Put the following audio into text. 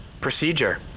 Procedure